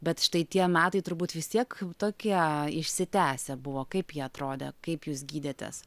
bet štai tie metai turbūt vis tiek tokie išsitęsę buvo kaip jie atrodė kaip jūs gydėtės